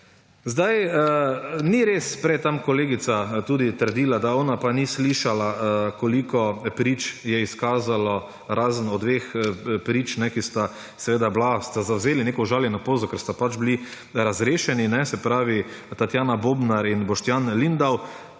Ni res ‒ prej je tam kolegica tudi trdila, da ona pa ni slišala, koliko prič je izkazalo, razen dveh prič, ki ste zavzeli neko užaljeno pozo, ker ste pač bili razrešeni; se pravi Tatjana Bobnar in Boštjan Lindav.